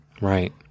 Right